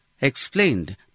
explained